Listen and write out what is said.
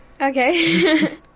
Okay